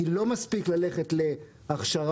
כי לא מספיק ללכת להכשרה,